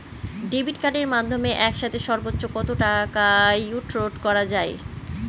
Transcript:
Debit কার্ডের মাধ্যমে একসাথে সর্ব্বোচ্চ কত টাকা উইথড্র করা য়ায়?